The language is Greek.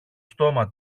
στόμα